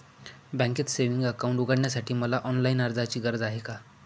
बँकेत savings account उघडण्यासाठी मला ऑनलाईन अर्जाची गरज आहे का?